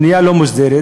בנייה לא מוסדרת.